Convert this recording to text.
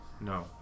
No